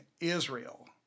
Israel